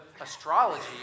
astrology